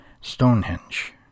stonehenge